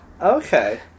Okay